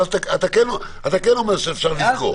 ואז אתה כן אומר שאפשר לסגור.